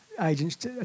agents